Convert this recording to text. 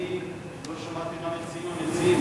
אני לא שמעתי מה מציעים המציעים.